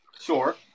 Sure